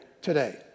Today